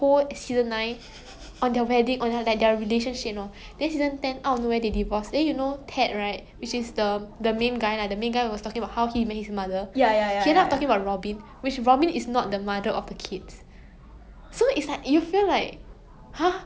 I feel like okay then at first 我以为是 they want for dramatic effect but then 我看那个 episode right like 他们那个两个孩子在听的 right it's like 他们很早以前就已经 plan 这个 story liao so 他们 from the start 已经 plan like ten seasons of this eh